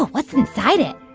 what's inside it?